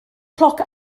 cloc